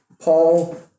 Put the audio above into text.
Paul